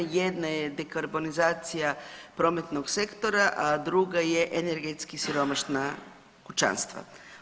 Jedna je dekarbonizacija prometnog sektora, a druga je energetski siromašna kućanstva.